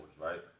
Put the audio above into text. right